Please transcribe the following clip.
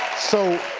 so